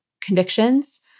convictions